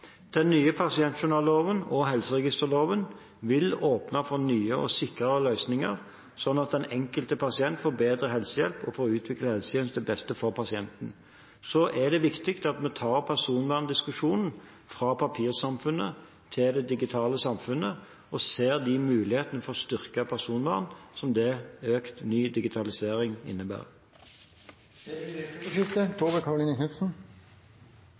Den nye pasientjournalloven og helseregisterloven vil åpne for nye og sikrere løsninger, sånn at den enkelte pasient får bedre helsehjelp, og for å utvikle helsetjenesten til beste for pasienten. Så er det viktig at vi tar personverndiskusjonen fra papirsamfunnet til det digitale samfunnet og ser de mulighetene for styrket personvern som økt, ny digitalisering innebærer.